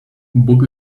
book